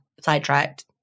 sidetracked